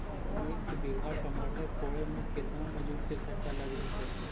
एक बिघा टमाटर कोड़े मे केतना मजुर के खर्चा लग जितै?